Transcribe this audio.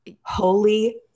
holy